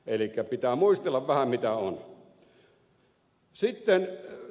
elikkä pitää muistella vähän mitä on